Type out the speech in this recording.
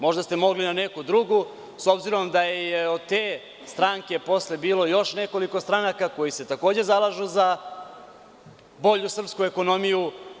Možda ste mogli na neku drugu, s obzirom da je od te stranke posle bilo još nekoliko stranaka koje se takođe zalažu za bolju srpsku ekonomiju.